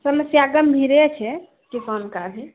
समस्या गंभीरे छै किसानके भी